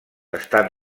estan